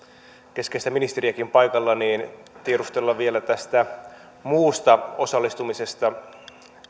keskeistä ministeriäkin paikalla tiedustella vielä tästä muusta osallistumisesta